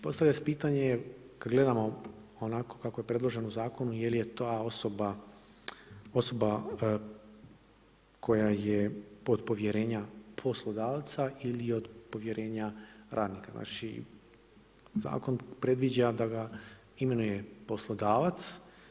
Postavlja se pitanje, kada gledamo, onako kako je predloženo u zakonu, je li je ta osoba, osoba koja je od povjerenja poslodavca ili je od povjerenja radnika, znači zakon predviđa da ga imenuje poslodavac.